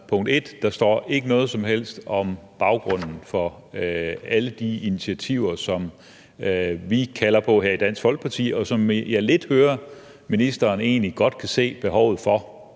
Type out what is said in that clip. Altså, der står ikke noget som helst om baggrunden for alle de initiativer, som vi kalder på her i Dansk Folkeparti, og som jeg her under debatten lidt hører at ministeren egentlig godt kan se behovet for.